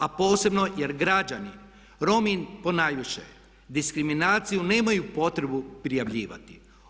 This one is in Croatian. A posebno jer građani, Romi ponajviše diskriminaciju nemaju potrebu prijavljivati.